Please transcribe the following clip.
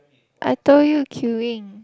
I told you queuing